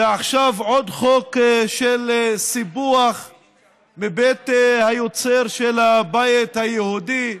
ועכשיו עוד חוק של סיפוח מבית היוצר של הבית היהודי.